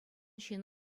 ҫын